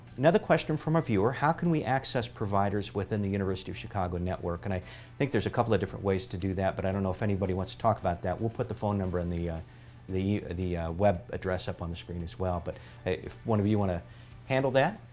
another question from a viewer, how can we access providers within the university of chicago network? and i think there's a couple of different ways to do that. but i don't know if anybody wants to talk about that. we'll put the phone number in the the web address up on the screen as well. but if one of you want to handle that?